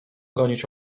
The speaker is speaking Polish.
gonić